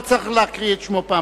לא צריך להקריא את שמו פעם